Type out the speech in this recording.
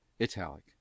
italic